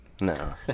No